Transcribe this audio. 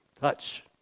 touch